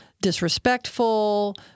disrespectful